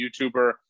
YouTuber